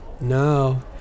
No